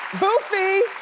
boofy?